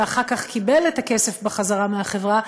ואחר כך קיבל את הכסף בחזרה מהחברה,